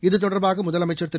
இது தொடர்பாக முதலமைச்ச் திரு